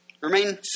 remain